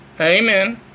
amen